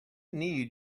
need